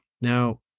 Now